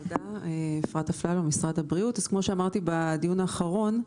כמו שאמרתי בדיון האחרון,